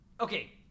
okay